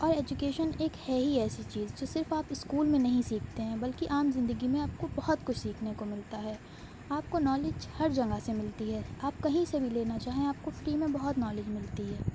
اور ایجوکیشن ایک ہے ہی ایسی چیز جو صرف آپ اسکول میں نہیں سیکھتے ہیں بلکہ عام زندگی میں آپ کو بہت کچھ سیکھنے کو ملتا ہے آپ کو نالج ہر جگہ سے ملتی ہے آپ کہیں سے بھی لینا چاہیں آپ کو فری میں بہت نالج ملتی